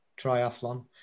triathlon